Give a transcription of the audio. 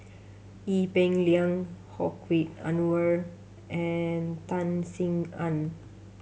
Ee Peng Liang Hedwig Anuar and Tan Sin Aun